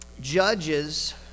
judges